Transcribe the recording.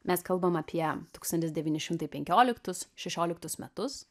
mes kalbam apie tūkstantis devyni šimtai penkioliktus šešioliktus metus